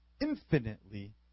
infinitely